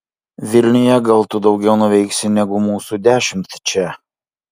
vilniuje gal tu daugiau nuveiksi negu mūsų dešimt čia